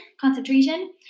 concentration